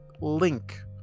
link